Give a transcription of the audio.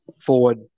forward